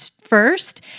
first